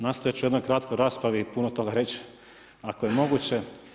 Nastojat ću u jednoj kratkoj raspravi puno toga reć, ako je moguće.